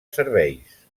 serveis